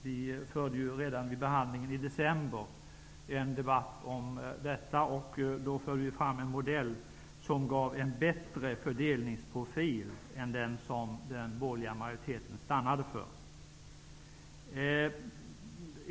Vi förde redan vid behandlingen i december i debatten fram en modell som gav en bättre fördelningsprofil än den som den borgerliga majoriteten stannade för.